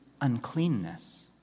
uncleanness